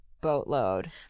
boatload